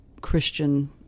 Christian